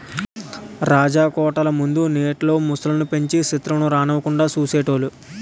రాజకోటల ముందు నీటిలో మొసళ్ళు ను పెంచి సెత్రువులను రానివ్వకుండా చూసేటోలు